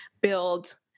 build